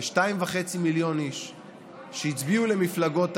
כ-2.5 מיליון איש שהצביעו למפלגות הימין,